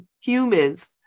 humans